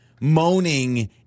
moaning